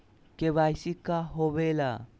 KYC का होवेला?